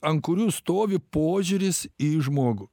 ant kurių stovi požiūris į žmogų